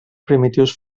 primitius